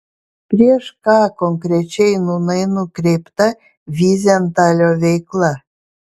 prieš ką konkrečiai nūnai nukreipta vyzentalio veikla